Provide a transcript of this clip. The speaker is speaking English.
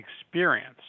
experience